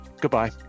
Goodbye